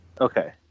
Okay